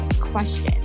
question